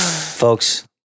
Folks